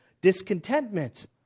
discontentment